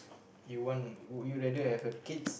you want would you rather have a kids